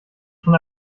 schon